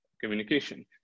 communication